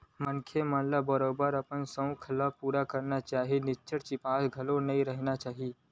मनखे मन ल बरोबर अपन सउख ल पुरा करना चाही निच्चट चिपास घलो नइ रहिना चाही